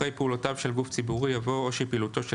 אחרי "פעולותיו של גוף ציבורי" יבוא "או שפעילותו של